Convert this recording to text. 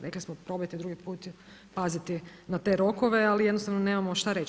Rekli smo probajte drugi put paziti na te rokove, ali jednostavno nemamo šta reći.